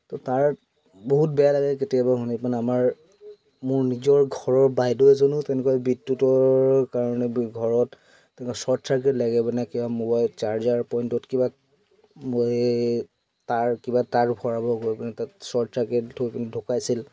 ত' তাৰ বহুত বেয়া লাগে কেতিয়াবা শুনি মানে আমাৰ মোৰ নিজৰ ঘৰৰ বাইদেউ এজনো তেনেকুৱা বিদ্যুতৰ কাৰণে ঘৰত তেনেকুৱা শ্বৰ্ট চাৰ্কিট লাগি পিনে কিবা মোবাইল চাৰ্জাৰ পইণ্টত কিবা এই তাঁৰ কিবা তাঁৰ ভৰাব গৈ পিনে তাত শ্বৰ্ট চাৰ্কিট হৈ পিনে ঢুকাইছিল